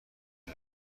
کرده